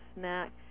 snack